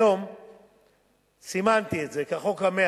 היום סימנתי את זה כחוק ה-100.